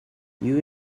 you